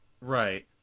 Right